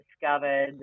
discovered